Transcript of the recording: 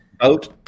out